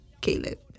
caleb